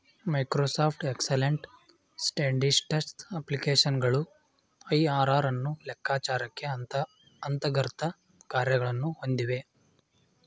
Microsoft excellent spreadsheet ಅಪ್ಲಿಕೇಶನ್ಗಳು IRR ಅನ್ನು ಲೆಕ್ಕಚಾರಕ್ಕೆ ಅಂತರ್ಗತ ಕಾರ್ಯಗಳನ್ನು ಹೊಂದಿವೆ